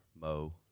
Mo